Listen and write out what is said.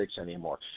anymore